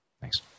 Thanks